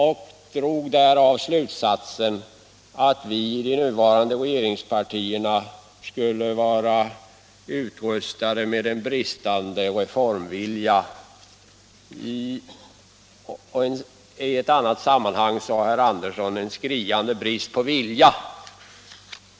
Därav drog han slutsatsen att vi i de nuvarande regeringpartierna skulle vara i avsaknad av reformvilja. Också i ett annat sammanhang talade Lennart Andersson om ”en skriande brist på vilja”.